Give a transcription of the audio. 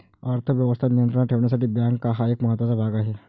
अर्थ व्यवस्था नियंत्रणात ठेवण्यासाठी बँका हा एक महत्त्वाचा भाग आहे